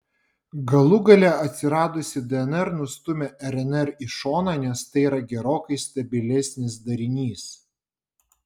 galų gale atsiradusi dnr nustūmė rnr į šoną nes tai yra gerokai stabilesnis darinys